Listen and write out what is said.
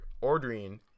ordering